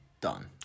done